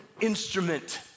instrument